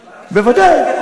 בוודאי.